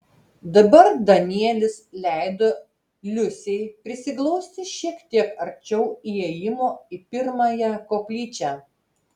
dabar danielis leido liusei prisiglausti šiek tiek arčiau įėjimo į pirmąją koplyčią